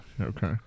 Okay